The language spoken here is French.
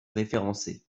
référencés